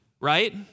Right